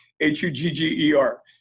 h-u-g-g-e-r